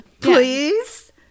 Please